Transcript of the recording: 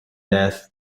death